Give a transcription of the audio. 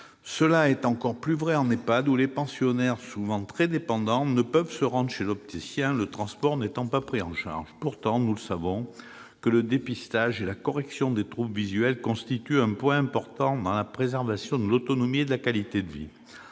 Cela est encore plus vrai en EHPAD où les pensionnaires, souvent très dépendants, ne peuvent se rendre chez l'opticien, le transport n'étant pas pris en charge. Pourtant, nous savons que le dépistage et la correction des troubles visuels constituent un point important dans la préservation de l'autonomie et de la qualité de vie.